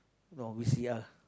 no V_C_L